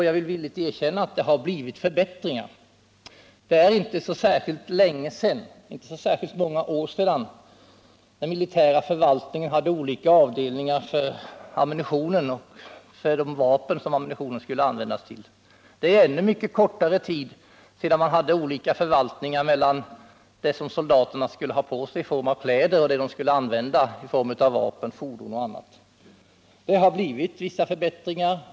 Jag skall villigt erkänna att det har blivit förbättringar. Det är inte särskilt många år sedan militärförvaltningen hade olika avdelningar för ammunitionen och för de vapen som ammunitionen skulle användas till. Det är ännu kortare tid sedan det fanns olika förvaltningar för det som soldaterna skulle ha på sig i form av kläder och det som de skulle använda i form av vapen, fordon och annat. Det har blivit vissa förbättringar.